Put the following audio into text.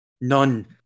None